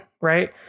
right